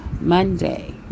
Monday